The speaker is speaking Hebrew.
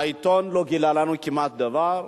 העיתון לא גילה לנו כמעט דבר.